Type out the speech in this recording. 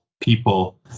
people